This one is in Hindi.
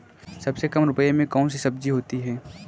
सबसे कम रुपये में कौन सी सब्जी होती है?